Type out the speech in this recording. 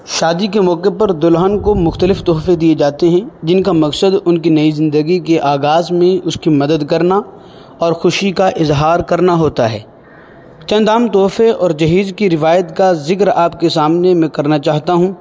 شادی کے موقع پر دلہن کو مختلف تحفے دیے جاتے ہیں جن کا مقصد ان کی نئی زندگی کے آغاز میں اس کی مدد کرنا اور خوشی کا اظہار کرنا ہوتا ہے چند عام تحفے اور جہیز کی روایت کا ذکر آپ کے سامنے میں کرنا چاہتا ہوں